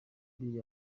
biri